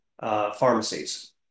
pharmacies